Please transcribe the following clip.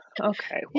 Okay